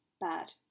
bad